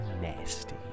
nasty